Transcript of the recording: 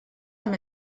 amb